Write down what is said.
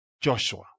Joshua